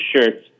shirts